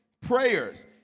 prayers